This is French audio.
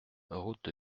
route